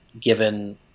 given